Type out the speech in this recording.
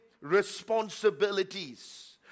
responsibilities